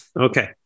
Okay